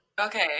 Okay